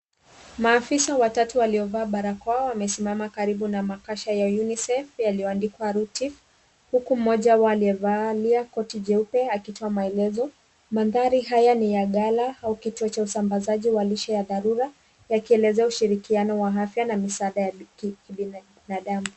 Maafisa watatu waliovaa barakoa wamesimama karibu na makasha ya UNICEF yaliyoandikwa RUTIFF huku mmoja wao aliyevalia koti jeupe akitoa maelezo. Mandhari haya ni ya ghala au kituo cha usambazaji wa lishe ya dharura yakielezea ushirikiano wa afya na misaada ya kibinadamu.